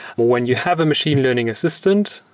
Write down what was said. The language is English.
when you have a machine learning assistant,